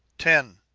ten,